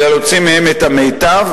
אלא להוציא מהן את המיטב,